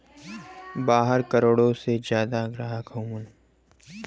बारह करोड़ से जादा ग्राहक हउवन